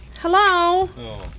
Hello